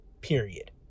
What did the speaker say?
Period